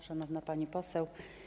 Szanowna Pani Poseł!